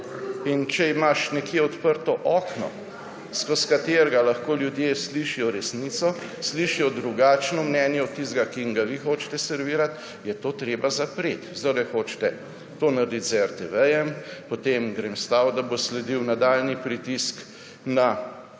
In če imaš nekje odprto okno, skozi katerega lahko ljudje slišijo resnico, slišijo drugačno mnenje od tistega, ki jim ga vi hočete servirati, je to treba zapreti. Zdaj hočete to narediti z RTV, potem grem staviti, da bo sledil nadaljnji pritisk na